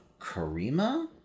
Karima